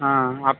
हां आप